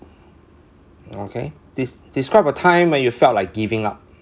okay des~ describe a time when you felt like giving up